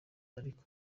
ariko